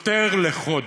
יותר לחודש.